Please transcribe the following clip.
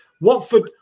Watford